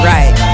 Right